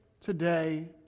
today